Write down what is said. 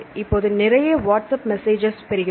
இப்போது நிறைய WhatsApp messages பெறுகிறோம்